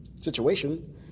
situation